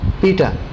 Peter